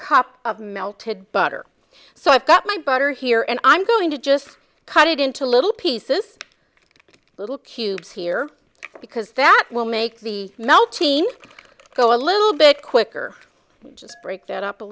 cup of melted butter so i've got my butter here and i'm going to just cut it into little pieces little cubes here because that will make the melting go a little bit quicker just break that up a